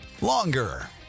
longer